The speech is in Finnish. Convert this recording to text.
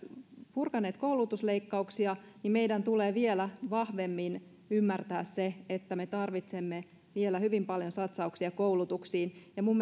purkaneet koulutusleikkauksia niin meidän tulee vielä vahvemmin ymmärtää se että me tarvitsemme vielä hyvin paljon satsauksia koulutukseen ja minun